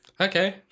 Okay